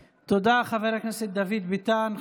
תודה, חבר הכנסת דוד ביטן.